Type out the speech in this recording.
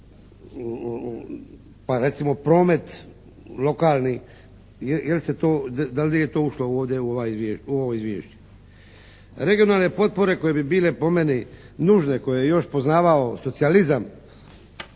pa recimo promet lokalni jel se to, da li je to ušlo ovdje u ovo izvješće. Regionalne potpore koje bi bile po meni nužne koje je još poznavao socijalizam